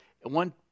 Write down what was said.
one